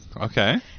Okay